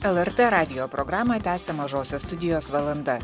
lrt radijo programą tęsia mažosios studijos valanda